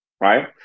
Right